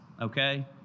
Okay